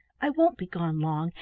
i won't be gone long,